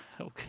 Okay